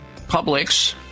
Publix